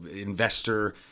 investor